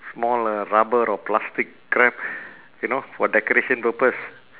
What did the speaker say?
small uh rubber or plastic crab you know for decoration purpose